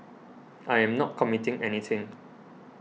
I am not committing anything